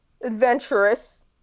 adventurous